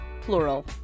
plural